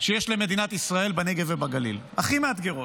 שיש למדינת ישראל בנגב ובגליל, הכי מאתגרות.